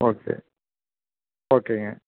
okay ஓகேங்க